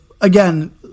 again